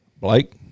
Blake